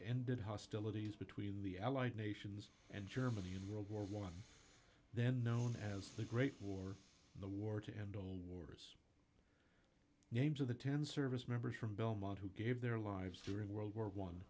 ended hostilities between the allied nations and germany your world war one then known as the great war the war to end all names of the ten service members from belmont who gave their lives during world war one